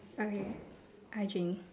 okay hi jean